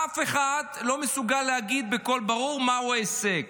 אף אחד לא מסוגל להגיד בקול ברור מהו ההישג.